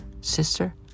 sister